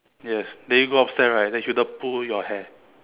yes then you go upstairs right then should then pull your hair